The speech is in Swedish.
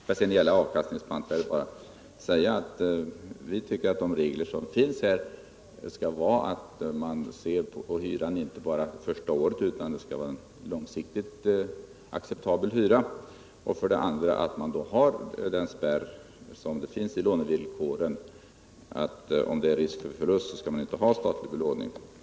När det gäller avkastningspantvärdet tycker vi att reglerna skall vara sådana att man inte bara ser på hyran under det första året, utan det skall vara en långsiktigt acceptabel hyra. Vidare finnas det en spärr i lånevillkoren som säger att man, om det är risk för förlust, inte skall ha statlig belåning.